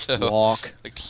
Walk